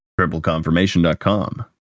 tripleconfirmation.com